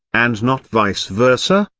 and not vice versa,